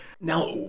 Now